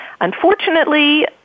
Unfortunately